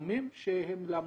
בתחומים שהם למדו.